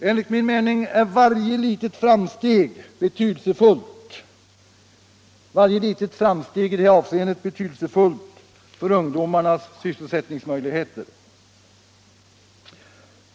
Enligt min mening är varje litet framsteg av betydelse för ungdomarnas sysselsättningsmöjligheter.